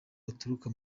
baturuka